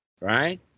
right